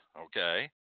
okay